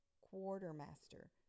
Quartermaster